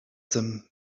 them